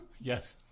Yes